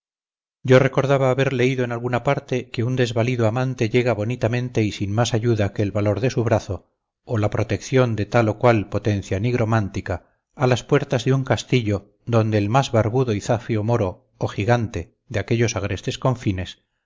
yo recordaba haber leído en alguna parte que un desvalido amante llega bonitamente y sin más ayuda que el valor de su brazo o la protección de tal o cual potencia nigromántica a las puertas de un castillo donde el más barbudo y zafio moro o gigante de aquellos agrestes confines